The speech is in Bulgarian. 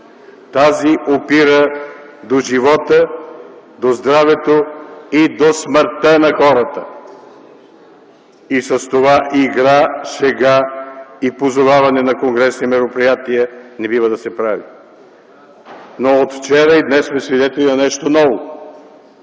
опира до живота, здравето и до смъртта на хората. С тази игра шега и позоваване на конгресни мероприятия не бива да се правят. Но от вчера и днес сме свидетели на нещо ново.